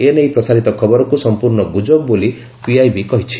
ଏନେଇ ପ୍ରସାରିତ ଖବରକୁ ସମ୍ପର୍ଶ୍ଣ ଗୁଜବ ବୋଲି ପିଆଇବି କହିଛି